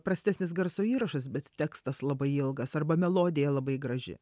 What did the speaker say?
prastesnis garso įrašas bet tekstas labai ilgas arba melodija labai graži